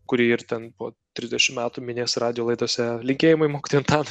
kurį ir ten po trisdešim metų minės radijo laidose linkėjimai mokytojui antanui